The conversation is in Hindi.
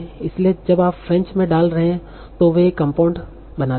इसलिए जब आप फ्रेंच में डाल रहे हैं तो वे एक कंपाउंड बनाते हैं